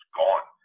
gone